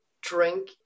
drink